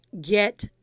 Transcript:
get